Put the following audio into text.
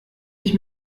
ich